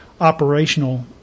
operational